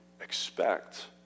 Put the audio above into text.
expect